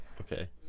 Okay